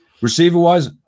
Receiver-wise